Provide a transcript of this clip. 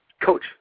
coach